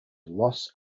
los